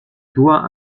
doigts